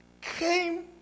came